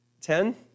ten